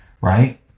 right